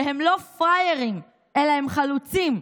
שהם לא פראיירים אלא הם חלוצים,